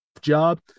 job